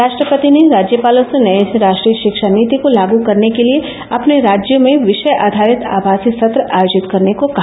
राष्ट्रपति ने राज्यपालों से नई राष्ट्रीय शिक्षा नीति को लागू करने के लिए अपने राज्यों में विषय आधारित आभासी सत्र आयोजित करने को कहा